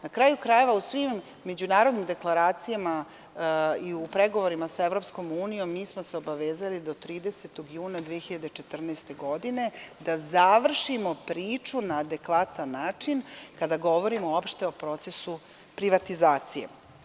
Na kraju krajeva, u svim međunarodnim deklaracijama i u pregovorima sa EU, mi smo se obavezali da do 30 juna 2014. godine završimo priču na adekvatan način kada govorimo o procesu privatizacije.